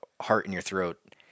heart-in-your-throat